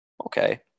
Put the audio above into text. Okay